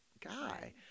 guy